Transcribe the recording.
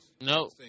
No